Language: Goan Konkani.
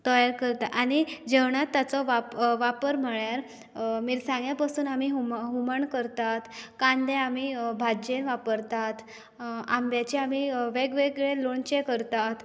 तयार करता आनी जेवणांत ताचो वापर वापर म्हळ्यार मिरसांग्या पसून आमी हुमण करतात कांदे आमी भाज्येन वापरतात आंब्याचे आमी वेगवेगळे लोणचे करतात